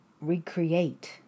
recreate